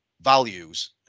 values